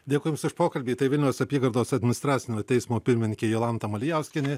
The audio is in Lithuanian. dėkui jums už pokalbį tai vilniaus apygardos administracinio teismo pirmininkė jolanta malijauskienė